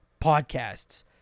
podcasts